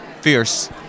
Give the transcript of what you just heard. Fierce